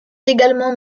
également